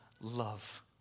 love